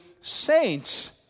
saints